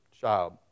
child